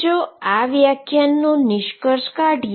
તો અહી વ્યાખ્યાનનો નિષ્કર્ષ કાઢીએ